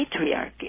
patriarchy